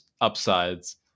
upsides